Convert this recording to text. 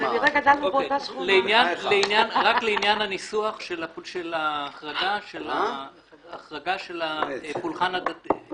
לעניין הניסוח של ההחרגה של הפולחן הדתי,